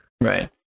right